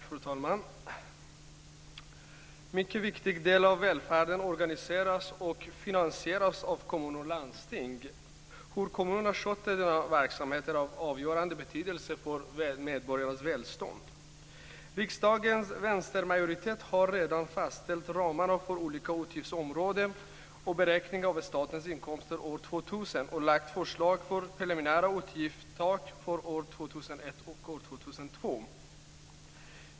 Fru talman! En mycket viktig del av välfärden organiseras och finansieras av kommuner och landsting. Hur kommunerna sköter denna verksamhet är av avgörande betydelse för medborgarnas välstånd. Riksdagens vänstermajoritet har redan fastställt ramarna för olika utgiftsområden och beräkningar av statens inkomster år 2000 och lagt fram förslag för preliminära utgiftstak för år 2001 och år 2002.